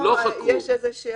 פה יש איזושהי